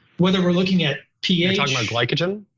whether we're looking at ph on like glycogen?